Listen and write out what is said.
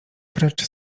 precz